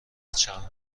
چند